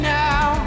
now